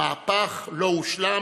המהפך לא הושלם: